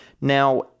Now